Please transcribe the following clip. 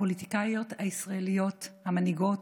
הפוליטיקאיות הישראליות המנהיגות,